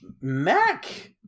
Mac